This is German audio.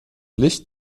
licht